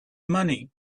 money